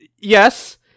Yes